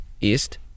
East